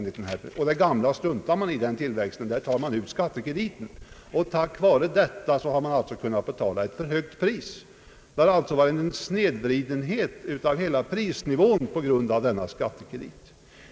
I det anförda exemplet tar man ut skattekrediten på den gamla fastigheten, och därigenom blir det möjligt att betala ett för högt pris. På grund av skattekrediten sker alltså en snedvridning av hela prisnivån.